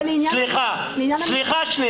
זה לעניין --- סליחה שנייה.